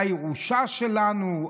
הירושה שלנו,